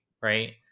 right